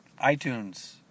iTunes